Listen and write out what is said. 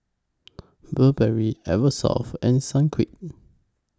Burberry Eversoft and Sunquick